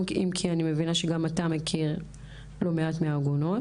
אם כי אני גם מבינה שגם אתה מכיר לא מעט מהעגונות.